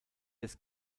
des